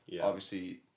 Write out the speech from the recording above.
obviously-